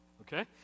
okay